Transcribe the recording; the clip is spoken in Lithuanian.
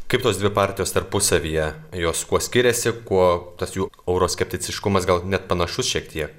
kaip tos dvi partijos tarpusavyje jos kuo skiriasi kuo tas jų euroskepticiškumas gal net panašus šiek tiek